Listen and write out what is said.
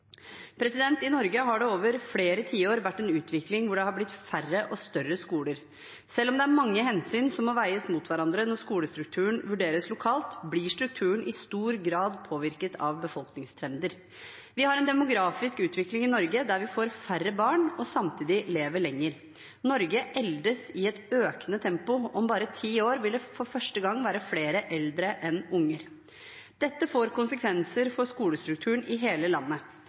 I Norge har det over flere tiår vært en utvikling hvor det har blitt færre og større skoler. Selv om det er mange hensyn som må veies mot hverandre når skolestrukturen vurderes lokalt, blir strukturen i stor grad påvirket av befolkningstrender. Vi har en demografisk utvikling i Norge der vi får færre barn og samtidig lever lenger. Norge eldes i et økende tempo. Om bare ti år vil det for første gang være flere eldre enn unger. Dette får konsekvenser for skolestrukturen i hele landet.